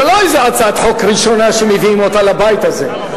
זה לא איזו הצעת חוק ראשונה שמביאים אותה לבית הזה.